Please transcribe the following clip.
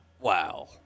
wow